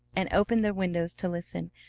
and opened their windows to listen,